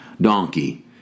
donkey